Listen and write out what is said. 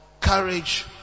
courage